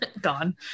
gone